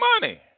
money